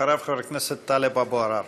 אחריו, חבר הכנסת טלב אבו עראר.